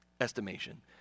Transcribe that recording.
estimation